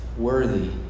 worthy